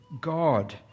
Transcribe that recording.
God